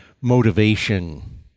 motivation